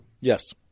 Yes